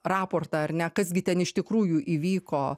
raportą ar ne kas gi ten iš tikrųjų įvyko